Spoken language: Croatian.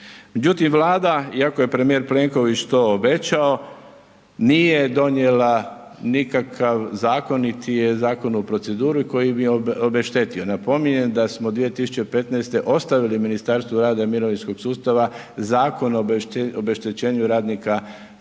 Međutim, Vlada, iako je premijer Plenković to obećao, nije donijela nikakav zakon niti je zakon u proceduri koji bi obeštetio. Napominjem da smo 2015. ostavili Ministarstvo rada i mirovinskog sustav Zakon o obeštećenju radnika koji